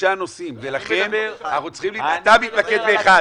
ולכן אנחנו צריכים להתמקד באחד.